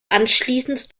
anschließend